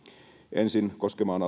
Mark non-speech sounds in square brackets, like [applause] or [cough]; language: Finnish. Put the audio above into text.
ensin koskemaan [unintelligible]